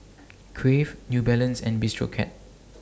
Crave New Balance and Bistro Cat